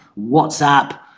Whatsapp